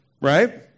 Right